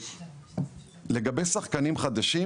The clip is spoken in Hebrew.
ולגבי שחקנים חדשים,